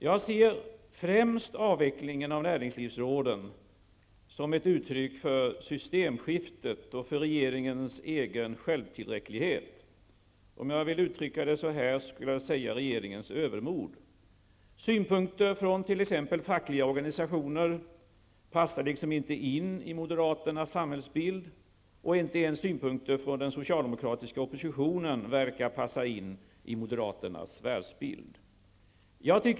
Jag ser främst avvecklingen av näringslivsråden som ett uttryck för systemskiftet och för regeringens egen självtillräcklighet -- jag kan också uttrycka det som regeringens övermod. Synpunkter från t.ex. fackliga organisationer passar inte in i moderaternas samhällsbild, och inte ens synpunkter från den socialdemokratiska oppositionen verkar passa in i deras världsbild.